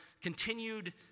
continued